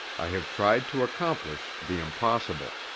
i have tried to accomplish the impossible.